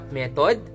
method